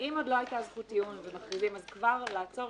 שאם עוד לא הייתה זכות טיעון ומכריזים אז כבר לעצור,